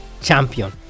champion